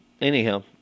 anyhow